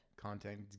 content